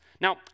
Now